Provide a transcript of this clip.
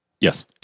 Yes